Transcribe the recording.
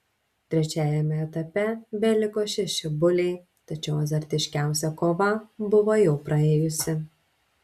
trečiajame etape beliko šeši buliai tačiau azartiškiausia kova buvo jau praėjusi